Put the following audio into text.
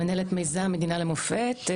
מנהלת מיזם מדינה למופת,